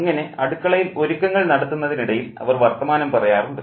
അങ്ങനെ അടുക്കളയിൽ ഒരുക്കങ്ങൾ നടത്തുന്നതിനിടയിൽ അവർ വർത്തമാനം പറയാറുണ്ട്